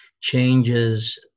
changes